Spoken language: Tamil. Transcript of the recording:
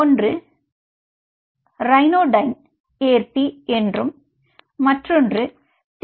ஒன்று ரியானோடைன் ஏற்பி என்றும் மற்றொன்று டி